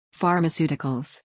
Pharmaceuticals